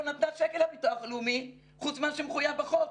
נתנה שקל לביטוח הלאומי חוץ ממה שמחויב בחוק.